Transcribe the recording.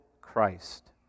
Christ